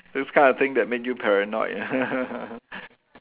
those kind of thing that make you paranoid